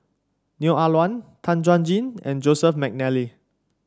Neo Ah Luan Tan Chuan Jin and Joseph McNally